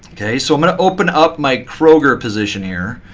so i'm going to open up my kroger position here.